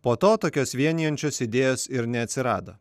po to tokios vienijančios idėjos ir neatsirado